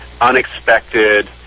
unexpected